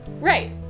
Right